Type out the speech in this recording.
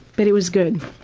but it was good.